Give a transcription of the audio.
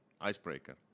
icebreaker